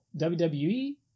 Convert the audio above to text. WWE